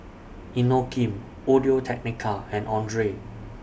Inokim Audio Technica and Andre